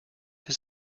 his